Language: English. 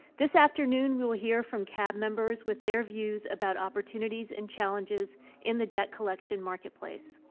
this afternoon, we will hear from cab members, with their views about opportunities and challenges in the debt collection marketplace.